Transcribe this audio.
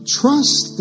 trust